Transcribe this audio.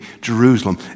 Jerusalem